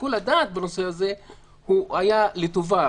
שיקול הדעת בנושא הזה הוא היה לטובה,